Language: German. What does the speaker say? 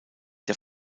der